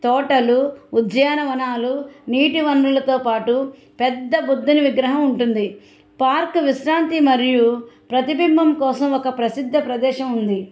తోటలు ఉద్యానవనాలు నీటి వనరులతో పాటు పెద్ద బుద్ధుని విగ్రహం ఉంటుంది పార్క్ విశ్రాంతి మరియు ప్రతిబింబం కోసం ఒక ప్రసిద్ధ ప్రదేశం ఉంది